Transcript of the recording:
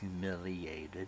humiliated